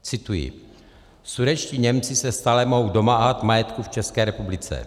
Cituji: Sudetští Němci se stále mohou domáhat majetku v České republice.